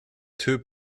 two